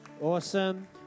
Awesome